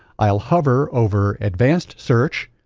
i'll hover over advanced search,